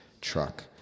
truck